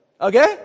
Okay